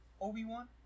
Obi-Wan